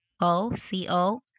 o-c-o